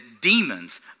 demons